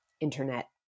internet